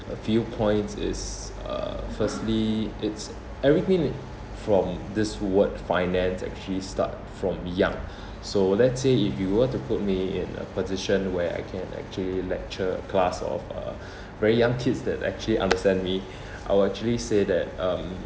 a few points is uh firstly it's everything from this word finance actually start from young so let's say if you were to put me in a position where I can actually lecture a class of uh very young kids that actually understand me I will actually say that um